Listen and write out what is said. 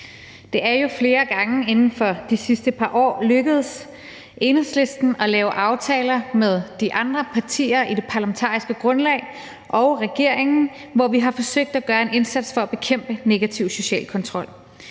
Det er jo flere gange inden for de sidste par år lykkedes Enhedslisten at lave aftaler med de andre partier i det parlamentariske grundlag og regeringen, hvor vi har forsøgt at gøre en indsats for at bekæmpe negativ social kontrol.